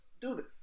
dude